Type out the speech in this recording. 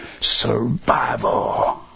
survival